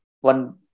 One